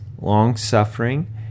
long-suffering